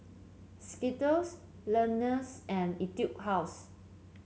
Skittles Lenas and Etude House